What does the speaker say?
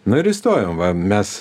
nu ir įstojom va mes